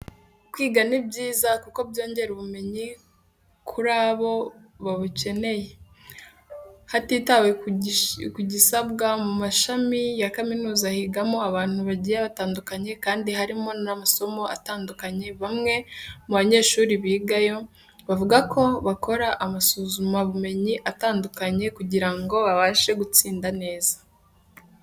Kwiga ni byiza kuko byongera ubumenyi kuri abo babukeneye, hatitawe ku gisabwa, mu mashami ya kaminuza higamo abantu bagiye batandukanye kandi harimo n'amasomo atandukanye, bamwe mu banyeshuri bigayo bavuga ko bakora amasuzuma bumenyi atandukanye kugira ngo babashe gutsinda neza.